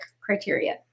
criteria